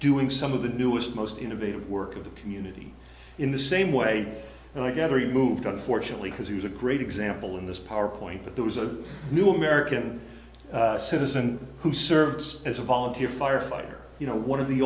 doing some of the newest most innovative work of the community in the same way and i gather he moved on fortunately because he was a great example in this power point but there was a new american citizen who serves as a volunteer firefighter you know one of the